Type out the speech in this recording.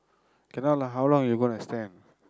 cannot lah how long you going to stand